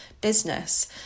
business